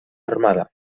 armada